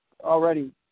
already